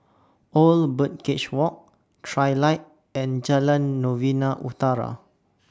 Old Birdcage Walk Trilight and Jalan Novena Utara